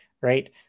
right